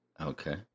Okay